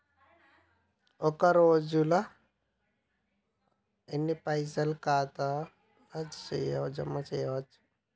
ఒక రోజుల ఎన్ని పైసల్ ఖాతా ల జమ చేయచ్చు?